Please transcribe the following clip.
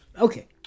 Okay